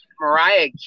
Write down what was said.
Mariah